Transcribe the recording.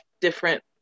different